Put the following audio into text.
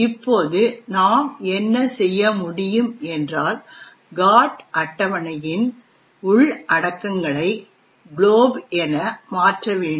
இப்போது நாம் என்ன செய்ய முடியும் என்றால் GOT அட்டவணையின் உள்ளடக்கங்களை glob என மாற்ற வேண்டும்